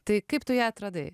tai kaip tu ją atradai